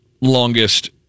longest